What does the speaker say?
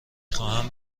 خواهم